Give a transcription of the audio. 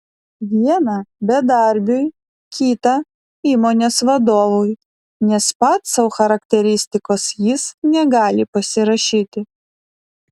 vieną bedarbiui kitą įmonės vadovui nes pats sau charakteristikos jis negali pasirašyti